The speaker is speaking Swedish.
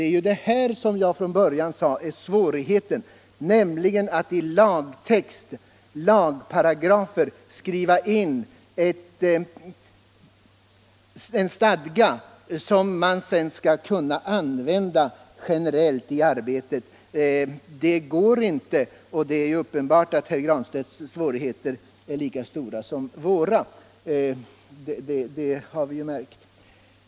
Svårigheten är, som jag sade från början, att i lagparagrafer skriva in en stadga som sedan skall kunna användas generellt i arbetet. Det går inte, och det är uppenbart att herr Granstedts svårigheter är lika stora som våra när det gäller att tolka centerns lagtext — det har vi ju märkt.